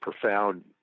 profound